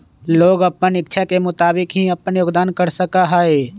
लोग अपन इच्छा के मुताबिक ही अपन योगदान कर सका हई